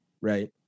right